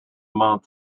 month